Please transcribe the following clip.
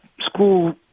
school